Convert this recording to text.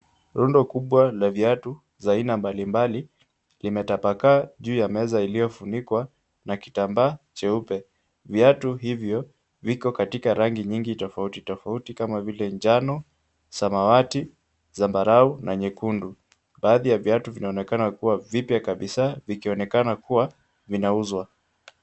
Rundo kubwa la viatu za aina mbalimbali, limetapakaa juu ya meza iliyofunikwa na kitambaa cheupe. Viatu hivyo viko katika rangi nyingi tofauti tofauti kama vile, njano, samawati, zambarau na nyekundu. Baadhi ya viatu vinaonekana kuwa vipya kabisa vikionekana kuwa, vinauzwa.